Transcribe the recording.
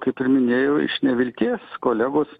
kaip ir minėjau iš nevilties kolegos